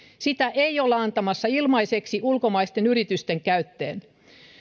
sitä ei olla antamassa ilmaiseksi ulkomaisten yritysten käyttöön